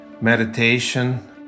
meditation